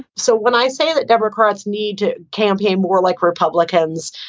so when i say that democrats need to campaign more like republicans,